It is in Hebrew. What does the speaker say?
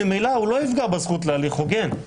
ממילא הוא לא יפגע בזכות להליך הוגן.